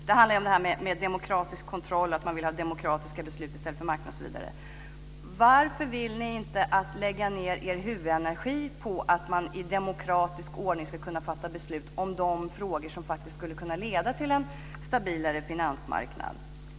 Det handlar om demokratisk kontroll och om att man vill ha demokratiska beslut i stället för marknaden osv. Varför vill ni inte lägga er huvudenergi på att göra det möjligt att i demokratisk ordning fatta beslut om de frågor som faktiskt skulle kunna leda till en stabilare finansmarknad?